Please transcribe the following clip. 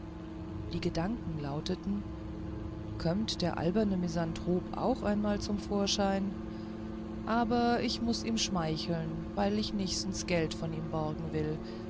die gedanken lauteten kömmt der alberne misanthrop auch einmal zum vorschein aber ich muß ihm schmeicheln weil ich nächstens geld von ihm borgen will